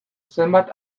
zenbat